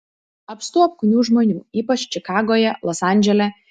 apstu apkūnių žmonių ypač čikagoje los andžele